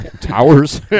Towers